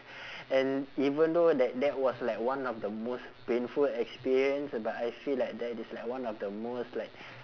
and even though that that was like one of the most painful experience but I feel like that is like one of the most like